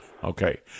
Okay